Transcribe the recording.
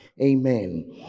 Amen